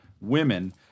women